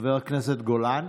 חבר הכנסת גולן,